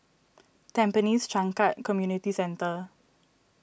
Tampines Changkat Community Centre